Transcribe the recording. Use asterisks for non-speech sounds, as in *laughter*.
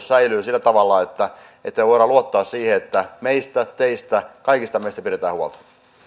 *unintelligible* säilyy sillä tavalla että me voimme luottaa siihen että meistä teistä kaikista meistä pidetään huolta